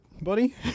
buddy